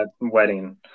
wedding